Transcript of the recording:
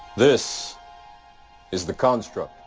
this is the construct.